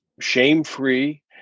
shame-free